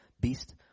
beast